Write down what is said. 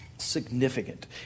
Significant